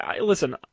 listen